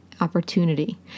opportunity